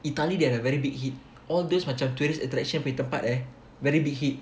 Italy they have a very big hit all this macam tourist attraction punya tempat eh very big hit